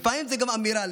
לפעמים זה גם אמירה,